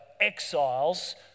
exiles